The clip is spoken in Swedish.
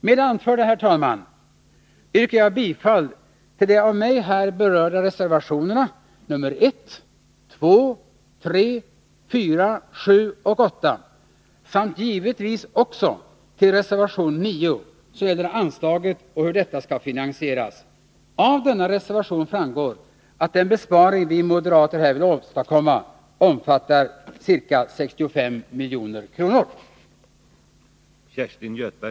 Med det anförda, herr talman, yrkar jag bifall till de av mig här berörda reservationerna 1,2,3,4,7 och 8 samt givetvis också reservation 9, som gäller anslaget och hur detta skall finansieras. Av denna reservation framgår att den besparing vi moderater här vill åstadkomma omfattar ca 65 milj.kr.